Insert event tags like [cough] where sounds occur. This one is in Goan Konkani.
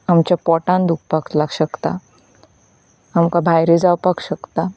आमच्या पोठांत दुखपाक [unintelligible] शकता आमकां भायऱ्यो जावपाक शकता